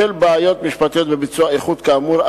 בשל בעיות משפטיות בביצוע איחוד כאמור,